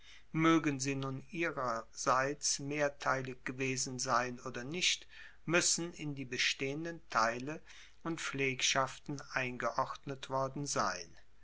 moegen sie nun ihrerseits mehrteilig gewesen sein oder nicht muessen in die bestehenden teile und pflegschaften eingeordnet worden sein